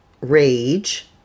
rage